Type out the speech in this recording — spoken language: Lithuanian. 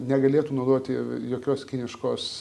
negalėtų naudoti jokios kiniškos